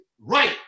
right